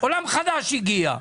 עולם חדש הגיע.